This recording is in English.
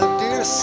dear